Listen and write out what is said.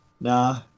Nah